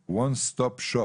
one stop shop.